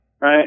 right